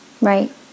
Right